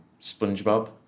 Spongebob